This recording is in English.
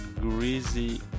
greasy